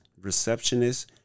Receptionists